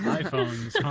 iPhones